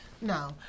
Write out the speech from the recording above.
no